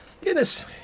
Guinness